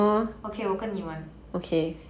okay 我跟你玩